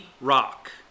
rock